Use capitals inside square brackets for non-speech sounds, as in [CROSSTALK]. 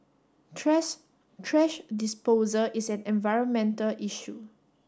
[UNINTELLIGIBLE] trash disposal is an environmental issue